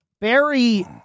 Barry